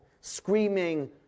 screaming